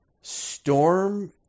storm